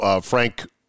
Frank –